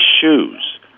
shoes